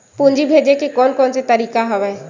पूंजी भेजे के कोन कोन से तरीका हवय?